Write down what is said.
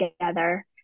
together